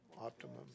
optimum